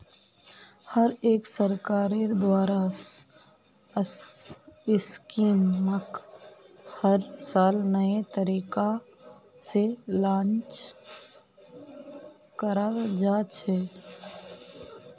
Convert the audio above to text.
हर एक सरकारेर द्वारा स्कीमक हर साल नये तरीका से लान्च कराल जा छे